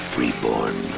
reborn